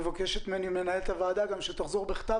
מנהלת הוועדה מבקשת ממני שתחזור עם זה בכתב